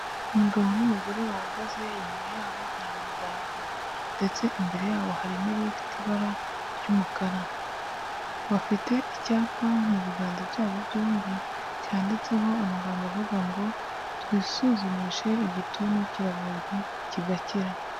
Umugabo n'umugore bahagaze, inyuma yabo hari amadarapo. Ndetse imbere yabo hari intebe ifite ibara ry'umukara. bafite icyapa mu biganza byabo byombi, cyanditseho amagambo avuga ngo: "Twisuzumishe igituntu kiravurwa kigakira".